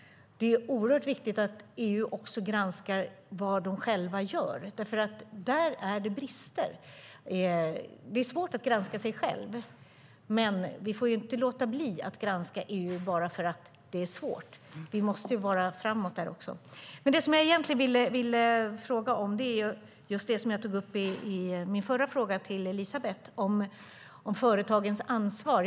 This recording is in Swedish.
Det är oerhört viktigt att EU också granskar vad de själva gör, för där är det brister. Det är svårt att granska sig själv, men vi får inte låta bli att granska EU bara för att det är svårt. Vi måste vara framåt där också. Men det som jag egentligen ville fråga om är just det som jag tog upp i min förra fråga till Elisabeth om företagens ansvar.